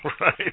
Right